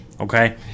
Okay